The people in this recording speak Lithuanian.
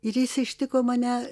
ir jis ištiko mane